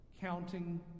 Counting